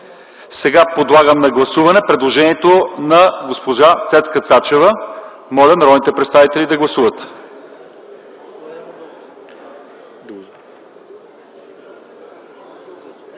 Подлагам на гласуване предложението на госпожа Цецка Цачева. Моля народните представители да гласуват.